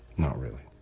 not really